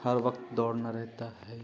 ہر وقت دوڑنا رہتا ہے